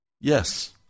Yes